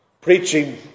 Preaching